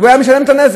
והוא היה משלם את הנזק.